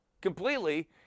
completely